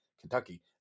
Kentucky